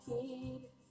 keep